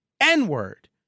N-word